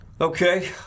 Okay